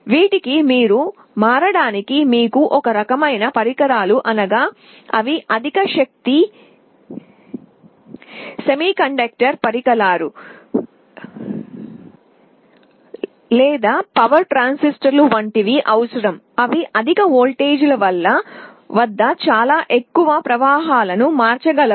ఇక్కడ మీరు మారడానికి ఒక రకమైన పరికరాలు అవసరం అధిక శక్తి సెమీకండక్టర్ పరికరాలు థైరిస్టర్లు లేదా పవర్ ట్రాన్సిస్టర్లు వంటివి అవి అధిక వోల్టేజ్ల వద్ద చాలా ఎక్కువ ప్రవాహాలను మార్చగలవు